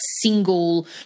single